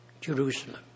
Jerusalem